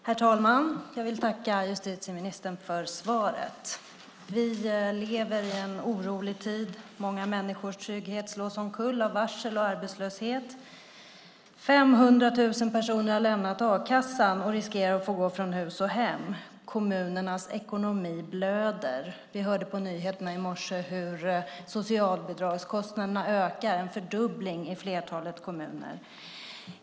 Herr talman! Jag vill tacka justitieministern för svaret. Vi lever i en orolig tid. Många människors trygghet slås omkull av varsel och arbetslöshet. Det är 500 000 personer som har lämnat a-kassan och riskerar att få gå från hus och hem. Kommunernas ekonomi blöder. Vi hörde på nyheterna i morse hur socialbidragskostnaderna ökar. Det är en fördubbling i flertalet kommuner.